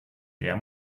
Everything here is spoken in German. der